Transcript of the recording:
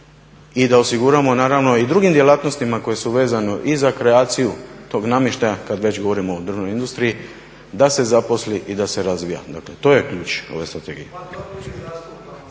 i da osiguramo naravno i drugim djelatnostima koje su vezane i za kreaciju tog namještaja kad već govorimo o drvnoj industriji da se zaposli i da se razvija. Dakle, to je ključ ove strategije.